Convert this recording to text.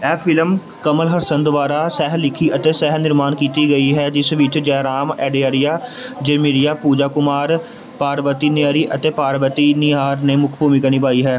ਇਹ ਫ਼ਿਲਮ ਕਮਲ ਹਸਨ ਦੁਆਰਾ ਸਹਿ ਲਿਖੀ ਅਤੇ ਸਹਿ ਨਿਰਮਾਣ ਕੀਤੀ ਗਈ ਹੈ ਜਿਸ ਵਿੱਚ ਜੈਰਾਮ ਐਡਰਰਿਆ ਜੇਮੇਰੀਆ ਪੂਜਾ ਕੁਮਾਰ ਪਾਰਵਤੀ ਨੀਅਰੀ ਅਤੇ ਪਾਰਵਤੀ ਨੀਆਰ ਨੇ ਮੁੱਖ ਭੂਮਿਕਾ ਨਿਭਾਈ ਹੈ